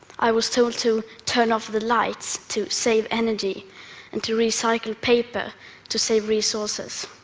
i was told to turn off the lights to save energy and to recycle paper to save resources.